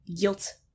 guilt